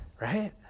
right